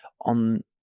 on